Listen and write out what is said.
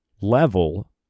level